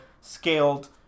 scaled